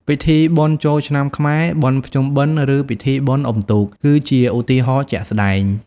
ពិធីបុណ្យចូលឆ្នាំខ្មែរ បុណ្យភ្ជុំបិណ្ឌ ឬពិធីបុណ្យអ៊ុំទូក គឺជាឧទាហរណ៍ជាក់ស្ដែង។